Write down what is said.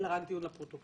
אלא רק דיון לפרוטוקול.